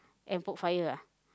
and put fire ah